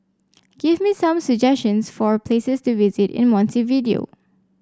give me some suggestions for places to visit in Montevideo